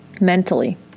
mentally